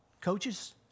Coaches